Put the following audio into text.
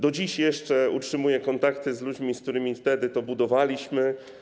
Do dziś jeszcze utrzymuję kontakty z ludźmi, z którymi wtedy to budowaliśmy.